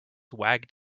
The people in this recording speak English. wagged